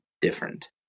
different